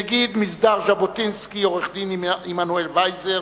נגיד מסדר ז'בוטינסקי עורך-דין עמנואל ויזר,